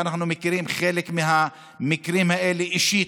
ואנחנו מכירים חלק מהמקרים האלה אישית,